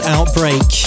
Outbreak